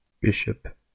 Bishop